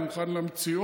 אני מוכן למציעות,